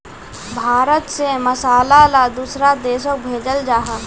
भारत से मसाला ला दुसरा देशोक भेजल जहा